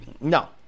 No